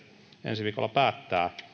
ensi viikolla päättää